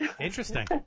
Interesting